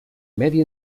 medi